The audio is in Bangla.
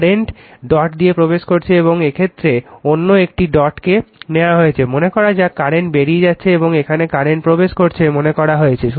কারেন্ট ডট দিয়ে প্রবেশ করছে এবং এক্ষেত্রে অন্য একটি ডটকে নেওয়া হয়েছে মনে করা যাক কারেন্ট বেরিয়ে যাচ্ছে এবং এখানে কারেন্ট প্রবেশ করছে মনে করা হয়েছে